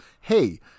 hey